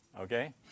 okay